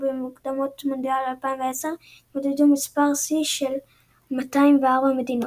ובמוקדמות מונדיאל 2010 התמודדו מספר שיא של 204 מדינות.